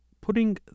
putting